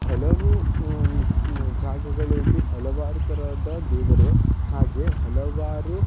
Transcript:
ಹಲವು ಜಾಗಗಳಲ್ಲಿ ಹಲವಾರು ಥರದ ದೇವರು ಹಾಗೆ ಹಲವಾರು